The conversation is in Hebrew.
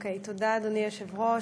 תודה, אדוני היושב-ראש,